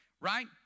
right